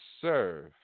serve